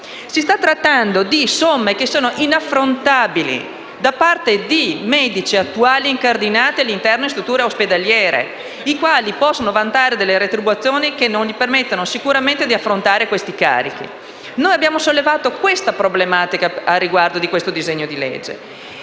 Si sta parlando di somme che sono inaffrontabili da parte di medici attualmente incardinati all'interno di strutture ospedaliere, i quali possono vantare delle retribuzioni che non gli permettono sicuramente di affrontare questi carichi. Noi abbiamo sollevato questa problematica riguardo a questo disegno di legge.